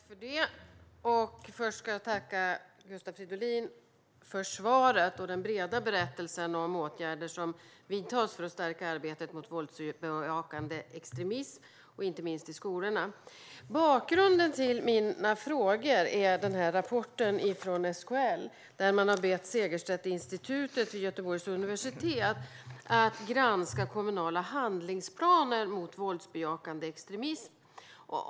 Herr talman! Först ska jag tacka Gustav Fridolin för svaret och den breda berättelsen om åtgärder som vidtas för att stärka arbetet mot våldsbejakande extremism, inte minst i skolorna. Bakgrunden till mina frågor är en rapport från SKL, där man har bett Segerstedtinstitutet vid Göteborgs universitet att granska kommunala handlingsplaner mot våldsbejakande extremism.